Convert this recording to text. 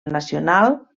nacional